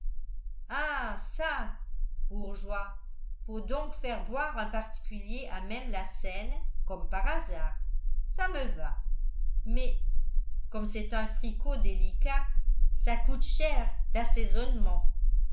ah çà bourgeois faut donc faire boire un particulier à même la seine comme par hasard ça me va mais comme c'est un fricot délicat ça coûte cher d'assaisonnement